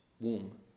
womb